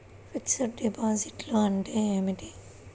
Fixed డిపాజిట్లు అంటే ఏమిటి?